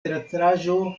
teatraĵo